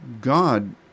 God